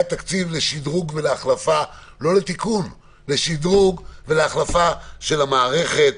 היה תקציב לא לתיקון אלא לשדרוג ולהחלפה של המערכת.